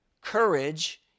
Courage